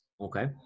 Okay